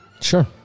Sure